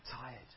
tired